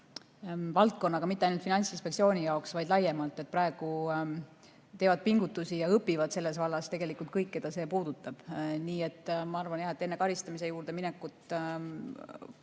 valdkonnaga mitte ainult Finantsinspektsiooni jaoks, vaid laiemalt. Praegu teevad pingutusi ja õpivad selles vallas kõik, keda see puudutab. Nii et ma arvan, et enne karistamise juurde minekut on